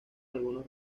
algunos